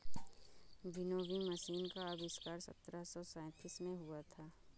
winnowing machine का आविष्कार सत्रह सौ सैंतीस में हुआ था